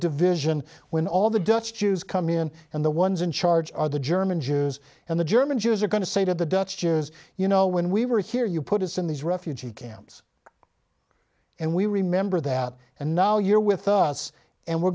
division when all the dutch jews come in and the ones in charge are the german jews and the german jews are going to say to the dutch jews you know when we were here you put us in these refugee camps and we remember that and now you're with us and we're